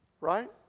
right